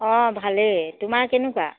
অঁ ভালেই তোমাৰ কেনেকুৱা